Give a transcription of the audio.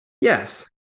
Yes